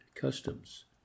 customs